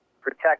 protect